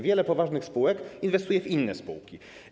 Wiele poważnych spółek inwestuje w inne spółki.